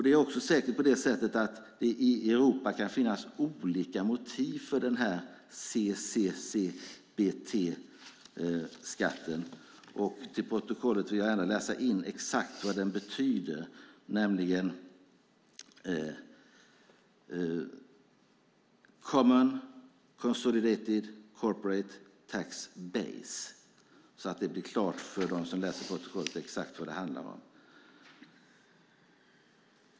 Det är säkert också på det sättet att det i Europa kan finnas olika motiv för den här CCCTB-skatten. Till protokollet vill jag läsa in exakt vad det betyder, nämligen Common Consolidated Corporate Tax Base, så att det blir klart för dem som läser protokollet exakt vad det handlar om.